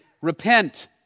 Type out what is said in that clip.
Repent